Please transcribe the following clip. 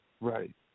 Right